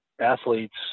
athletes